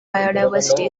biodiversity